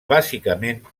bàsicament